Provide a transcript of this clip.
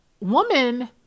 woman